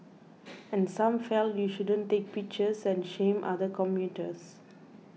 and some felt you shouldn't take pictures and shame other commuters